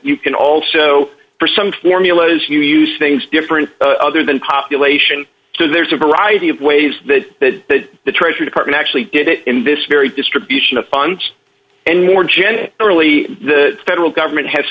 you can also for some formulas you use things different other than population so there's a variety of ways that the treasury department actually did it in this very distribution of punch and more generally the federal government has